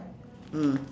mm